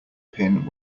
pin